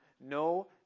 no